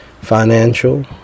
financial